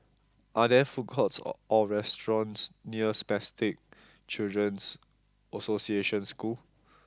are there food courts or restaurants near Spastic Children's Association School